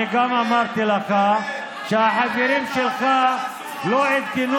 אני גם אמרתי לך שהחברים שלך לא עדכנו